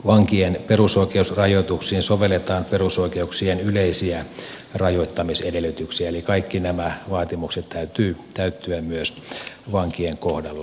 vankien perusoikeusrajoituksiin sovelletaan perusoikeuksien yleisiä rajoittamisedellytyksiä eli kaikkien näiden vaatimusten täytyy täyttyä myös vankien kohdalla